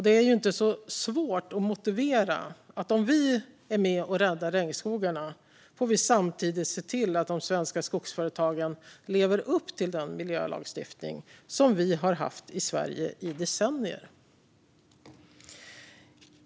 Det är inte så svårt att motivera att om vi är med och räddar regnskogarna får vi samtidigt se till att de svenska skogsföretagen lever upp till den miljölagstiftning som vi har haft i Sverige i decennier.